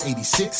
86